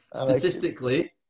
Statistically